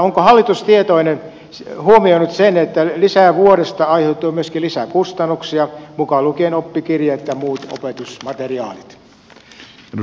onko hallitus huomioinut sen että lisävuodesta aiheutuu myöskin lisäkustannuksia mukaan lukien oppikirjat ja muut opetusmateriaalit